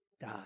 die